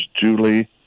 Julie